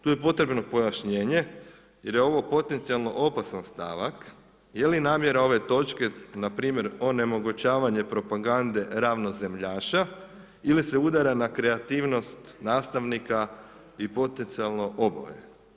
Tu je potrebno pojašnjenje jer je ovo potencijalno opasan stavak, je li namjera ove točke npr. onemogućavanje propagande ravnozemljaša ili se udara na kreativnost nastavnika i potencijalno oboje.